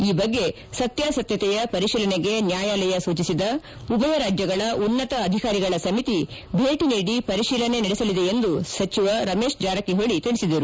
ಈ ಬಗ್ಗೆ ಸತ್ಯಾಸತ್ಯೆಯ ಪರಿಶೀಲನೆಗೆ ನ್ಯಾಯಾಲಯ ಸೂಚಿಸಿದ ಉಭಯ ರಾಜ್ಯಗಳ ಉನ್ನತ ಅಧಿಕಾರಿಗಳ ಸಮಿತಿ ಭೇಟಿ ನೀಡಿ ಪರಿಶೀಲನೆ ನಡೆಸಲಿದೆ ಎಂದು ಸಚಿವ ರಮೇಶ್ ಜಾರಕಿಹೊಳಿ ತಿಳಿಸಿದರು